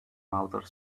outer